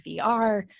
VR